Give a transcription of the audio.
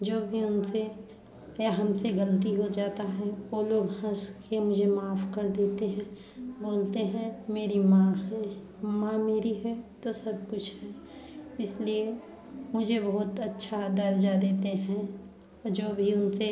जो भी उनसे या हमसे गलती हो जाता है ओ लोग हंस के मुझे माफ कर देते हैं बोलते हैं मेरी माँ है माँ मेरी है तो सब कुछ है इसलिए मुझे बहुत अच्छा दर्जा देते हैं और जो भी उनसे